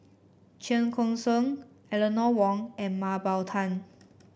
Cheong Koon Seng Eleanor Wong and Mah Bow Tan